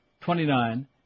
twenty-nine